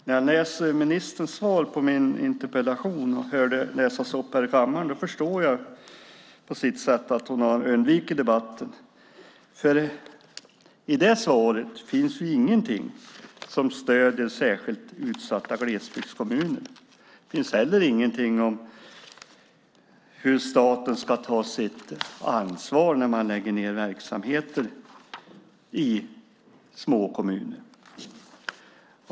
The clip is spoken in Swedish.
När jag läser ministerns svar på min interpellation och hör det läsas upp här i kammaren förstår jag på sätt och vis att hon har undvikit debatten, för i det svaret finns ju ingenting som stöder särskilt utsatta glesbygdskommuner. Där finns heller ingenting om hur staten ska ta sitt ansvar när man lägger ned verksamheter i små kommuner.